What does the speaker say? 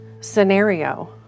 scenario